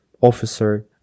officer